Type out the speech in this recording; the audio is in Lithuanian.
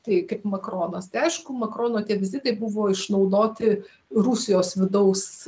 tai kaip makronas tai aišku makrono tie vizitai buvo išnaudoti rusijos vidaus